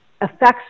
affects